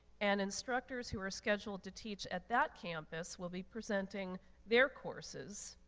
and instructors who are scheduled to teach at that campus will be presenting their courses.